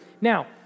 Now